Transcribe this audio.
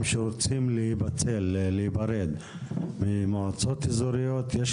שרוצים להתפצל ולהיפרד ממועצות אזוריות שעומדות באוויר.